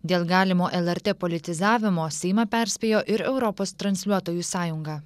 dėl galimo lrt politizavimo seimą perspėjo ir europos transliuotojų sąjunga